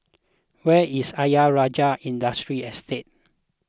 where is Ayer Rajah Industry Estate